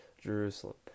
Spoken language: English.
Jerusalem